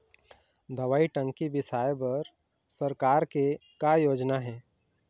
दवई टंकी बिसाए बर सरकार के का योजना हे?